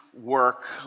work